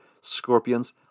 scorpions